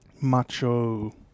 macho